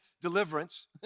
deliverance